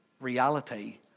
reality